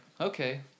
okay